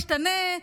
תשתנה,